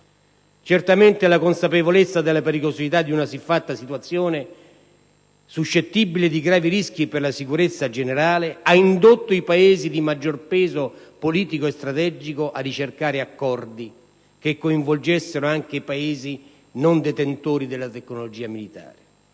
Certamente, la consapevolezza della pericolosità di una siffatta situazione suscettibile di gravi rischi per la sicurezza generale ha indotto i Paesi di maggior peso politico e strategico a ricercare accordi che coinvolgessero anche i Paesi non detentori della tecnologia militare.